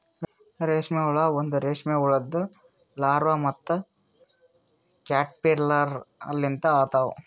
ರೇಷ್ಮೆ ಹುಳ ಒಂದ್ ರೇಷ್ಮೆ ಹುಳುದು ಲಾರ್ವಾ ಮತ್ತ ಕ್ಯಾಟರ್ಪಿಲ್ಲರ್ ಲಿಂತ ಆತವ್